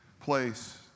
place